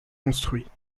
construits